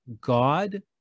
God